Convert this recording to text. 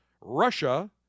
Russia